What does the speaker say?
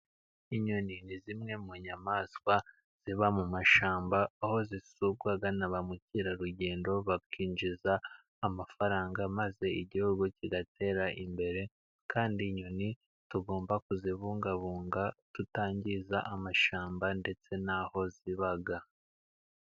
Inyoni ni zimwe mu nyamaswa ziba mu mashyamba, aho zisurwa na ba mukerarugendo bakinjiza amafaranga ,maze igihugu kigatera imbere . Kandi inyoni tugomba kuzibungabunga tutangiza amashyamba ndetse n'aho ziba.